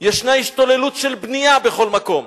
יש השתוללות של בנייה בכל מקום,